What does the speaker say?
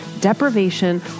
deprivation